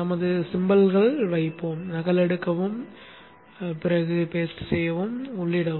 நமது சிம்பல்களை வைப்போம் நகலெடுக்கவும் ஒட்டவும் உள்ளிடவும்